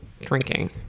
drinking